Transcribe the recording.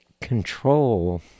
control